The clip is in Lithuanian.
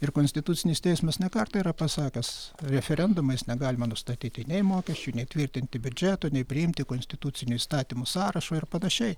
ir konstitucinis teismas ne kartą yra pasakęs referendumais negalima nustatyti nei mokesčių nei tvirtinti biudžeto nei priimti konstitucinių įstatymų sąrašo ir panašiai